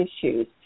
issues